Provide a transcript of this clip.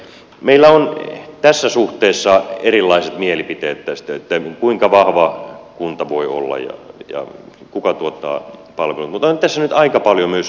meillä on tässä suhteessa erilaiset mielipiteet tästä kuinka vahva kunta voi olla ja kuka tuottaa palvelut mutta on tässä nyt aika paljon myös yhteisiä näkemyksiä